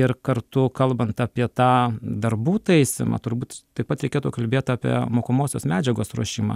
ir kartu kalbant apie tą darbų taisymą turbūt taip pat reikėtų kalbėt apie mokomosios medžiagos ruošimą